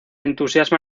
entusiasma